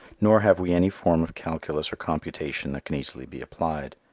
nor have we any form of calculus or computation that can easily be applied.